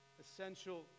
essential